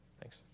Thanks